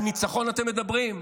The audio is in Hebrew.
על ניצחון אתם מדברים?